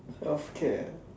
healthcare